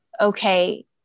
okay